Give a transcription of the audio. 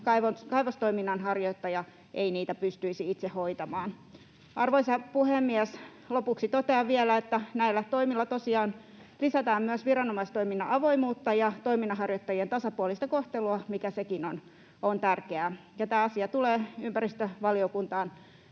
kaivostoiminnan harjoittaja ei niitä pystyisi itse hoitamaan. Arvoisa puhemies! Lopuksi totean vielä, että näillä toimilla tosiaan lisätään myös viranomaistoiminnan avoimuutta ja toiminnanharjoittajien tasapuolista kohtelua, mikä sekin on tärkeää. Tämä asia tulee ympäristövaliokuntaan